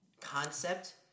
concept